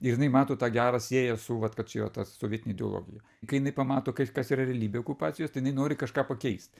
ir jinai mato tą gerą sieja su vat kad čia yra tas sovietinė ideologija kai jinai pamato kas yra realybė okupacijos tai jinai nori kažką pakeist